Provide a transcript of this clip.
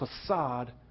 facade